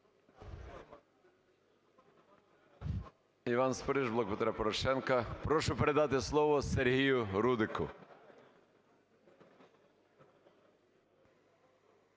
Іван Спориш, "Блок Петра Порошенка". Прошу передати слово Сергію Рудику.